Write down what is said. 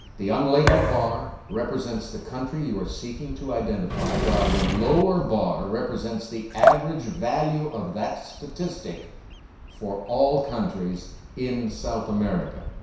the unlabeled bar represents the country you are seeking to identify while the lower bar represents the average value of that statistic for all countries in south america.